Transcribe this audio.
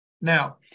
Now